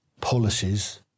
policies